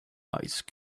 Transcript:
ice